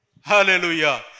Hallelujah